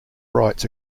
rights